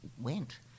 went